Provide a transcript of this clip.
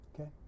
Okay